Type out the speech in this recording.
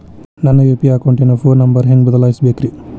ನನ್ನ ಯು.ಪಿ.ಐ ಅಕೌಂಟಿನ phone number ಹೆಂಗ್ ಬದಲಾಯಿಸ ಬೇಕ್ರಿ?